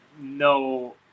no